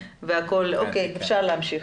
אפשר להמשיך.